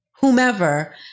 whomever